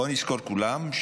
בואו נזכור כולם,